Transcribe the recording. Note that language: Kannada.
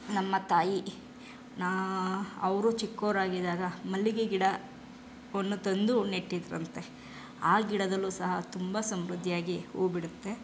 ನಮ್ಮ ತಾಯಿ ನಾ ಅವರು ಚಿಕ್ಕವ್ರಾಗಿದ್ದಾಗ ಮಲ್ಲಿಗೆ ಗಿಡವನ್ನು ತಂದು ನೆಟ್ಟಿದ್ದರಂತೆ ಆ ಗಿಡದಲ್ಲೂ ಸಹ ತುಂಬ ಸಮೃದ್ಧಿಯಾಗಿ ಹೂ ಬಿಡುತ್ತೆ